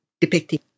depicting